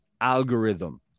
algorithm